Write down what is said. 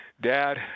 dad